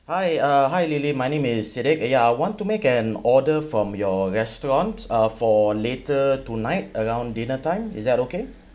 hi uh hi lily my name is Ahmad yeah want to make an order from your restaurant uh for later tonight around dinner time is that okay